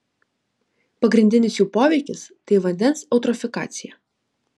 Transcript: pagrindinis jų poveikis tai vandens eutrofikacija